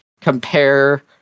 compare